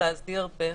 להסדיר בחקיקה.